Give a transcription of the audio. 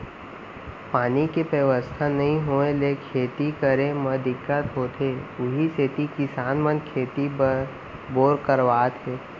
पानी के बेवस्था नइ होय ले खेती करे म दिक्कत होथे उही सेती किसान मन खेती बर बोर करवात हे